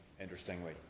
interestingly